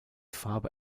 farbe